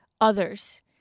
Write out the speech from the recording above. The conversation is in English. others